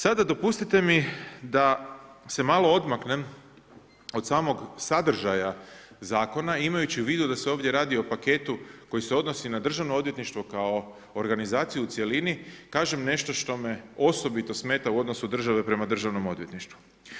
Sada dopustite mi da se malo odmaknem od samog sadržaja zakona imajući u vidu da se ovdje radi o paketu koji se odnosi na Državno odvjetništvo kao organizaciju u cjelini, kažem nešto što me osobito smeta u odnosu države prema Državnom odvjetništvu.